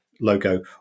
logo